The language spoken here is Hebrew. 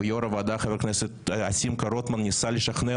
ויו"ר הוועדה חבר הכנסת שמחה רוטמן ניסה לשכנע